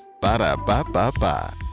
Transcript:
Ba-da-ba-ba-ba